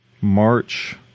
March